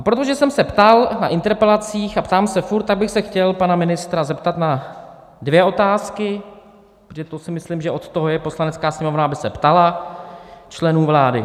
A protože jsem se ptal na interpelacích a ptám se furt, tak bych se chtěl pana ministra zeptat na dvě otázky, protože si myslím, že od toho je Poslanecká sněmovna, aby se ptala členů vlády.